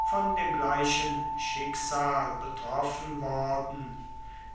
von dem gleichen schicksal betroffen worden